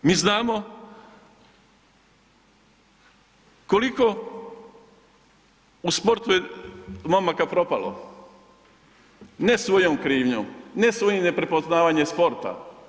Mi znamo koliko u sportu je momaka propalo, ne svojom krivnjom, ne svojim neprepoznavanjem sporta.